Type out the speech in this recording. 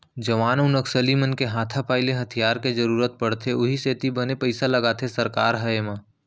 जवान अउ नक्सली मन के हाथापाई ले हथियार के जरुरत पड़थे उहीं सेती बने पइसा लगाथे सरकार ह एमा